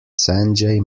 sanjay